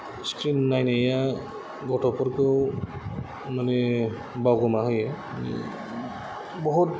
screen नायनाया गथ'फोरखौ माने बावगोमाहोयो बहद